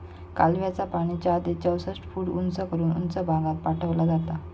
कालव्याचा पाणी चार ते चौसष्ट फूट उंच करून उंच भागात पाठवला जाता